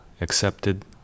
accepted